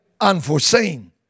unforeseen